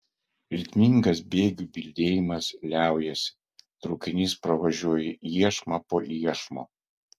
ritmingas bėgių bildėjimas liaujasi traukinys pravažiuoja iešmą po iešmo